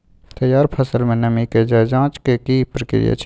तैयार फसल में नमी के ज जॉंच के की प्रक्रिया छै?